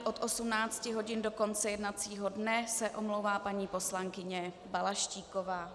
Od 18 hodin do konce jednacího dne se omlouvá paní poslankyně Balaštíková.